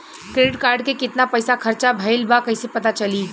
Credit card के कितना पइसा खर्चा भईल बा कैसे पता चली?